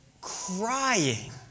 crying